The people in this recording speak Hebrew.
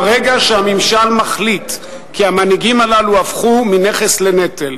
ברגע שהממשל מחליט כי המנהיגים הללו הפכו מנכס לנטל.